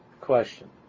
question